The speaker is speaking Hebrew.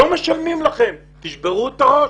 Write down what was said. לא משלמים לכם, תשברו את הראש.